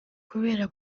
kubera